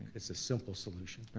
it's a simple solution.